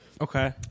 Okay